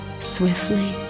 swiftly